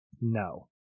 no